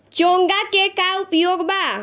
चोंगा के का उपयोग बा?